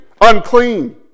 unclean